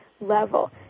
level